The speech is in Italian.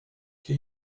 che